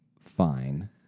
fine